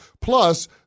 Plus